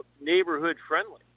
neighborhood-friendly